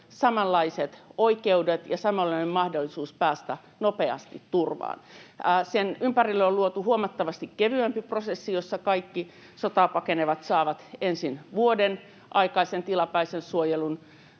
samanlaiset oikeudet ja samanlainen mahdollisuus päästä nopeasti turvaan. Sen ympärille on luotu huomattavasti kevyempi prosessi, jossa kaikki sotaa pakenevat saavat ensin vuoden tilapäisen suojelun